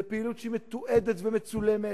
זאת פעילות שהיא מתועדת ומצולמת,